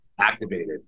activated